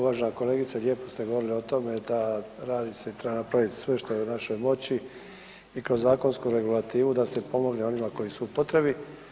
Uvažena kolegice lijepo ste govorili o tome da …/nerazumljivo/… treba napraviti sve što je u našoj moći i kroz zakonsku regulativu da se pomogne onima koji su u potrebu.